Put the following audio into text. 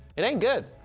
it ain't good,